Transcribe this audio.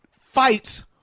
fights